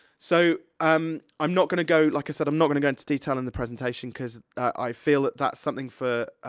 so, um i'm not gonna go, like i said, i'm not gonna go into detail and the presentation cause i feel that that's something for,